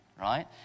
right